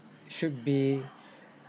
should be